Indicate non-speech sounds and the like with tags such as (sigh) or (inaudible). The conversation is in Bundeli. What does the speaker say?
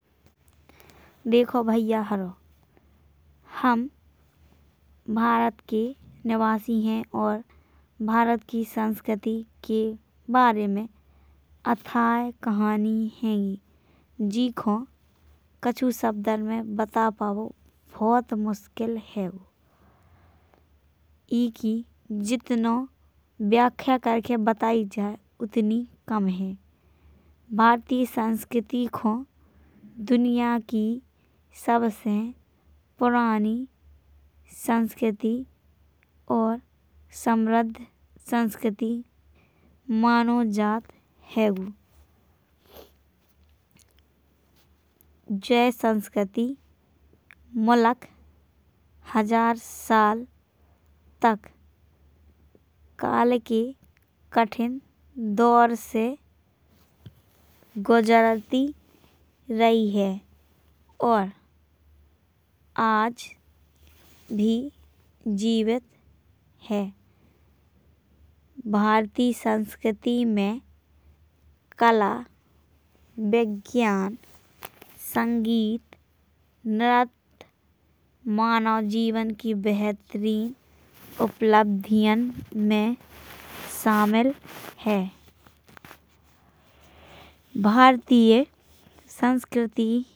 देखो भाईहरो हम भारत के निवासी हैं। और भारत की संस्कृती के बारे में अथाहय कहानी हैंगी। जीखो कछू शब्दन में बता पाउ बहुत मुश्किल हैंगो। इकी जितनो व्याख्या करके बताई जाए उतनी कम है। भारतीय संस्कृती को दुनिया की सबसे पुरानी संस्कृति। और समृद्ध संस्कृती मानो जात हैंगो। (noise) जे संस्कृती मुलक हजार साल के काल के कठिन दौर से गुजरती रही है। और आज भी जीवित है। भारतीय संस्कृती में कला विज्ञान संगीत न्रत्य मानव जीवन की बेहतरीन उपलब्धियाँ में शामिल हैं भारतीय संस्कृती।